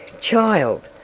child